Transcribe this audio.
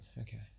Okay